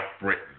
Britain